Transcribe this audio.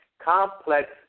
complex